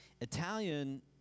Italian